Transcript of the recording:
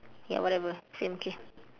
ya whatever same okay